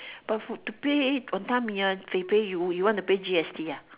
but food to pay wanton-mee ah they pay you want to pay G_S_T ah